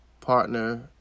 partner